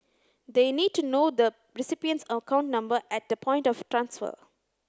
the need to know the recipient's account number at the point of transfer